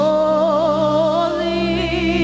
Holy